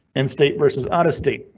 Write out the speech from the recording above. in state versus out of state.